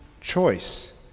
choice